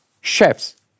chefs